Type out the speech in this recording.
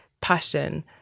passion